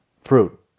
fruit